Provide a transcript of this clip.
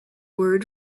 word